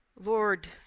Lord